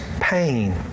pain